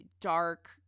dark